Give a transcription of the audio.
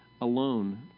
alone